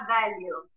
value